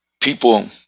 people